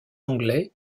anglais